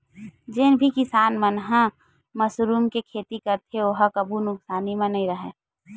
जेन भी किसान मन ह मसरूम के खेती करथे ओ ह कभू नुकसानी म नइ राहय